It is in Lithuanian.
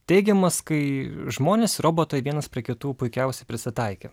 teigiamas kai žmonės ir robotai vienas prie kitų puikiausiai prisitaikė